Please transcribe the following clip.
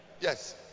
Yes